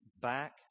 back